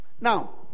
Now